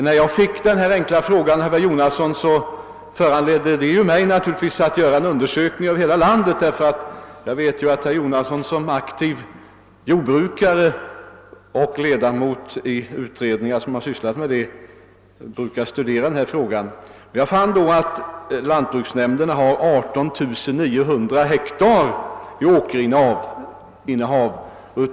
Herr Jonassons enkla fråga föranledde mig att göra en landsomfattande undersökning, eftersom jag vet att herr Jonasson såsom aktiv jordbrukare och ledamot av utredningar som arbetat med dessa frågor brukar vara insatt i problemställningarna inom jordbruket. Jag fann då att lantbruksnämnderna har 18900 hektar i åkerinnehav.